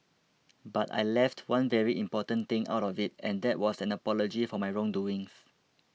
but I left one very important thing out of it and that was an apology for my wrong doings